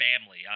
family